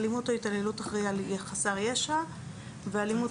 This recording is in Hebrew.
אלימות או התעללות אחראי על חסר ישע ואלימות